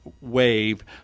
wave